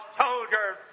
soldiers